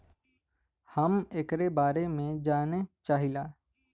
हम एकरे बारे मे जाने चाहीला?